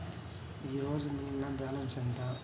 ఈరోజు మిగిలిన బ్యాలెన్స్ ఎంత?